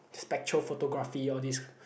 spectro photography all this